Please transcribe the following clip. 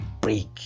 break